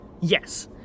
Yes